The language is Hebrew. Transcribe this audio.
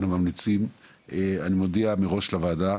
אני מודיע מראש לוועדה,